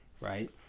right